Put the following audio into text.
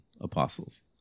apostles